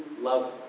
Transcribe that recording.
love